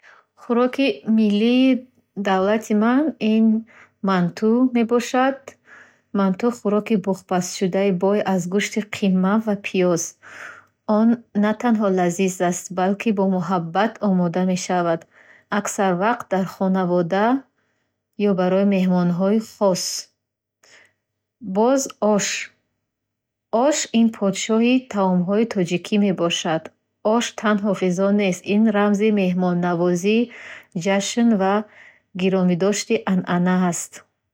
Хуроки милли давлати ман, ин манту мебошад. Манту – хӯроки буғпазшудаи бой аз гӯшти қима ва пиёз. Он на танҳо лазиз аст, балки бо муҳаббат омода мешавад, аксар вақт дар хонавода ё барои меҳмонҳои хос. Боз Ош. Ош ин подшоҳи таомҳои тоҷикӣ мебошад. Ош танҳо ғизо нест — ин рамзи меҳмоннавозӣ, ҷашн ва гиромидошти анъана аст.